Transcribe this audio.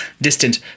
distant